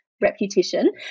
Reputation